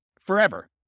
forever